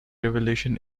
revelation